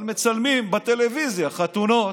אבל מצלמים בטלוויזיה חתונות.